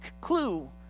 clue